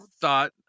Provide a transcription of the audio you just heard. thought